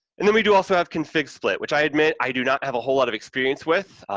and then we do also have config split, which, i admit, i do not have a whole lot of experience with.